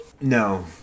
no